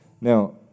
Now